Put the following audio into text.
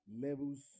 Levels